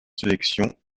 sélection